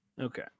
Okay